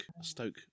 Stoke